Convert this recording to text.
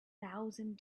thousand